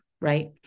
right